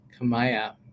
Kamaya